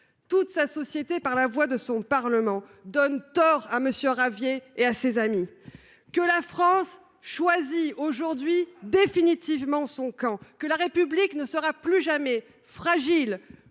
toute sa société, par la voix de son Parlement, donne tort à M. Ravier et à ses amis ; que notre pays choisit aujourd’hui définitivement son camp ; que la République ne sera plus jamais fragile